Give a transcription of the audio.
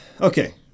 okay